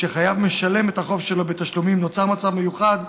כשחייב משלם את החוב שלו בתשלומים נוצר מצב מיוחד,